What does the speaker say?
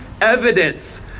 evidence